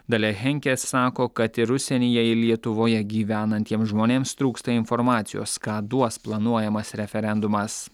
dalia henke sako kad ir užsienyje ir lietuvoje gyvenantiems žmonėms trūksta informacijos ką duos planuojamas referendumas